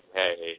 hey